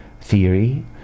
theory